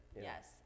Yes